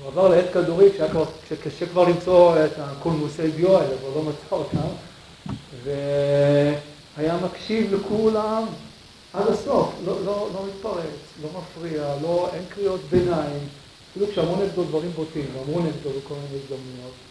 הוא עבר לעט כדורי, כשהיה קשה כבר למצוא את הקולמוסי דיו האלה והוא לא מצא אותם, אבל לא מדבר, לא מפריע והיה מקשיב לכולם, עד הסוף, לא מתפרץ, לא מפריע, אין קריאות ביניים אפילו כשאמרו נגדו דברים בוטים, ואמרו נגדו בכל מיני הזדמנויות